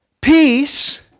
Peace